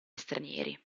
stranieri